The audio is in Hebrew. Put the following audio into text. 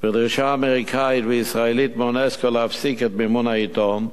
ודרישה אמריקנית וישראלית מאונסק"ו להפסיק את מימון העיתון,